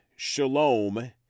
shalom